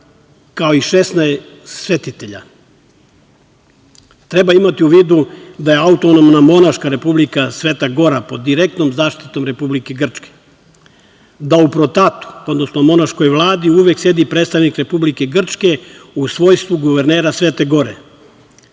kao i 16 svetitelja. Treba imati u vidu da je Autonomna monaška Republika Sveta Gora pod direktnom zaštitom Republike Grčke, da u PROTAT-u, odnosno monaškoj vladi uvek sedi predstavnik Republike Grčke u svojstvu guvernera Svete Gore. Na